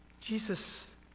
Jesus